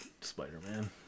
Spider-Man